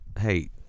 Hey